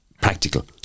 practical